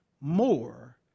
more